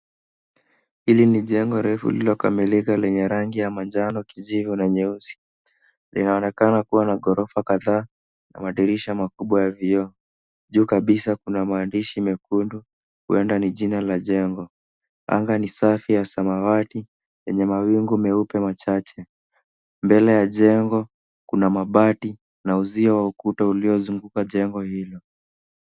Hili ni jengo refu lililokamilika lenye rangi ya manjano, kijivu na nyeusi. Linaonekana kuwa na ghorofa kadhaa na madirisha makubwa ya vioo. Juu kabisa kuna maandishi mekundu huenda ni jina la jengo. Anga ni safi ya samawati yenye mawingu meupe machache. Mbele ya jengo kuna mabati na uzio wa ukuta uliozunguka jengo hilo.